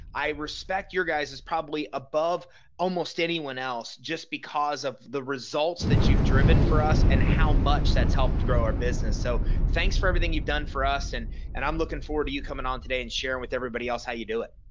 i respect your guys is probably above almost anyone else just because of the results that you've driven for us and how much that's helped grow our business. so thanks for everything you've done for us. and and i'm looking forward to you coming on today and share and with everybody else how you do it.